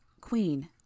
Queen